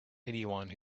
anyone